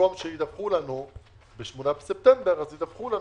במקום שידווחו לנו ב-20 בספטמבר, ידווחו לנו